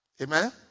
Amen